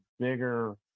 bigger